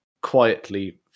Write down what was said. quietly